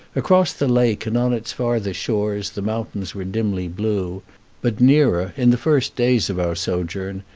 across the lake and on its farther shores the mountains were dimly blue but nearer, in the first days of our sojourn,